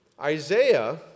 Isaiah